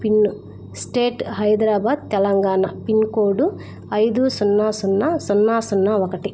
pin state Hyderabad Telangana pin code ఐదు సున్నా సున్నా సున్నా సున్నా ఒకటి